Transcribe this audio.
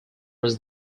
was